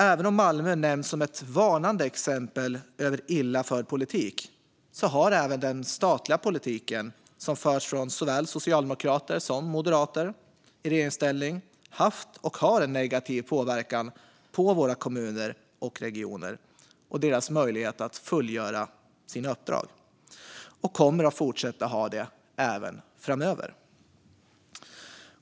Även om Malmö nämns som ett varnande exempel på illa förd politik är det trots allt så att även den statliga politiken, som förts från såväl socialdemokrater som moderater i regeringsställning, har haft och har en negativ påverkan på våra kommuner och regioner och deras möjlighet att fullgöra sina uppdrag, och den kommer att fortsätta ha det även framöver.